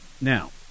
Now